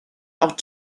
auch